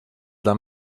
dla